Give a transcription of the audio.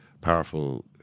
powerful